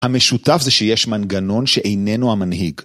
המשותף זה שיש מנגנון שאיננו המנהיג.